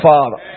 Father